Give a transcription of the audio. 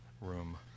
room